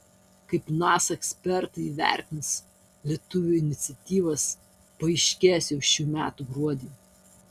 kaip nasa ekspertai įvertins lietuvių iniciatyvas paaiškės jau šių metų gruodį